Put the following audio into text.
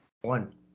One